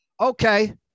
Okay